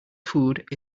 food